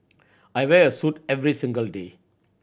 I wear a suit every single day